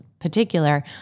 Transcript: particular